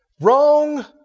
Wrong